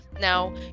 now